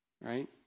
right